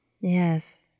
Yes